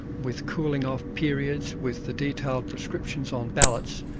with cooling-off periods, with the detailed prescriptions on ballots,